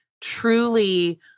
truly